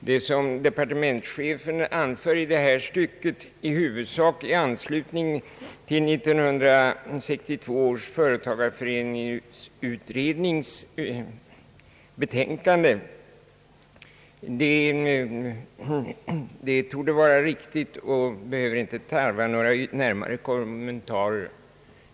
Det som departementschefen anför i detta stycke, i huvudsak i anslutning till 1962 års företagareföreningsutrednings betänkande, torde vara riktigt och tarvar inte några närmare kommentarer.